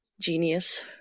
Genius